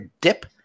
dip